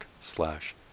slash